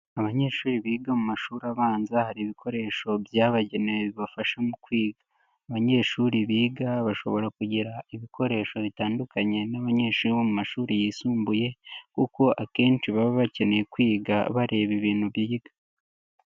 Abanyeshuri biga mu mashuri abanza hari ibikoresho byabagenewe bibafasha mu kwiga, abanyeshuri biga bashobora kugira ibikoresho bitandukanye n'abanyeshuri bo mu mashuri yisumbuye kuko akenshi baba bakeneye kwiga bareba ibintu biga.